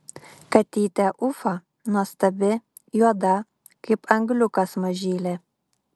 katytė ufa nuostabi juoda kaip angliukas mažylė